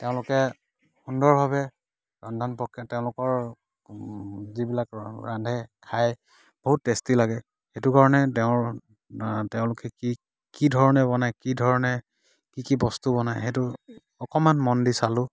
তেওঁলোকে সুন্দৰভাৱে ৰন্ধন প্ৰক্ৰিয়া তেওঁলোকৰ যিবিলাক ৰান্ধে খাই বহুত টেষ্টি লাগে সেইটো কাৰণে তেওঁ তেওঁলোকে কি কি ধৰণে বনায় কি ধৰণে কি কি বস্তু বনায় সেইটো অকণমান মন দি চালোঁ